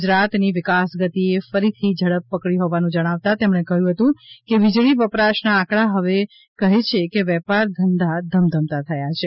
ગુજરાતની વિકાસ ગતિએ ફરીથી ઝડપ પકડી હોવાનું જણાવતા તેમણે કહ્યું હતું કે વીજળી વપરાશના આંકડા કહે છે વેપાર ધંધા ધમધમતા થયા છે